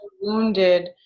wounded